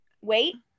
wait